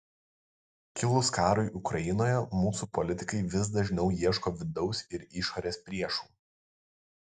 kilus karui ukrainoje mūsų politikai vis dažniau ieško vidaus ir išorės priešų